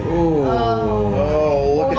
oh,